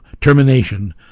Termination